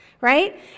right